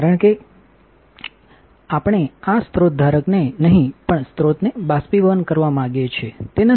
કારણ કે આપણે આ સ્રોત ધારકને નહીં પણ સ્રોતને બાષ્પીભવન કરવા માગીએ છીએતે નથી